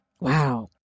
Wow